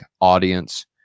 audience